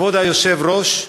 כבוד היושב-ראש,